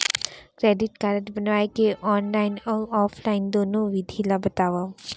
Credit card बनवाए के online अऊ ऑफलाइन दुनो विधि ला बतावव?